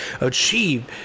achieve